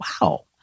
wow